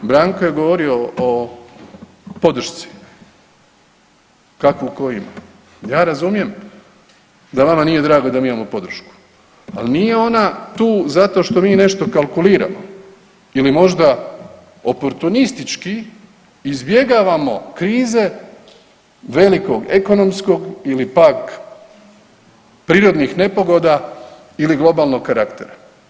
Branko je govorio o podršci kakvu ko ima, ja razumijem da vama nije drago da mi imamo podršku, ali nije ona tu zato što mi nešto kalkuliramo ili možda oportunistički izbjegavamo krize velikog ekonomskog ili pak prirodnih nepogoda ili globalnog karaktera.